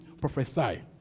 prophesy